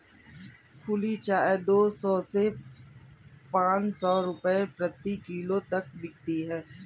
खुली चाय दो सौ से पांच सौ रूपये प्रति किलो तक बिकती है